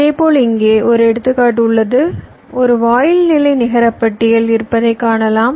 இதேபோல் இங்கே ஒரு எடுத்துக்காட்டு உள்ளது ஒரு வாயில் நிலை நிகரபட்டியல் இருப்பதை காணலாம்